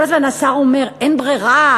כל הזמן השר אומר: אין ברירה,